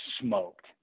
Smoked